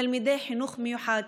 תלמידי חינוך מיוחד,